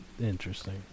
Interesting